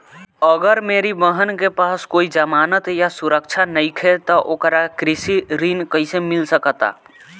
अगर मेरी बहन के पास कोई जमानत या सुरक्षा नईखे त ओकरा कृषि ऋण कईसे मिल सकता?